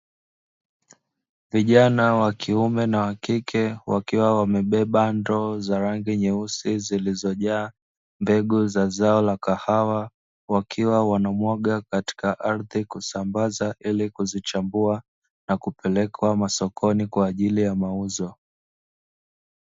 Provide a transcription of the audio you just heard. Vijana wa kiume na kike wakiwa wamebeba ndoo za rangi nyeusi zilizojaa mbegu za zao la kahawa wakiwa wanamwaga katika ardhi kusambaza ili kuzichambua na kupelekwa sokoni kwa ajili ya mauzo.